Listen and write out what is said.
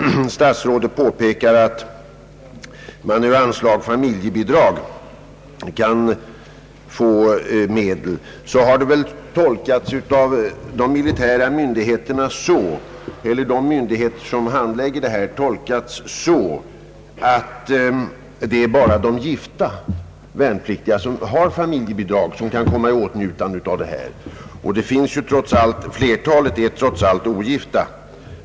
Statsrådet påpekar att man ur anslaget Familjebidrag kan få medel, men detta har väl av de myndigheter som handlägger detta tolkats så att det endast är de gifta värnpliktiga med familjebidrag som kan komma i åtnjutande härav, och flertalet värnpliktiga är trots allt ogifta.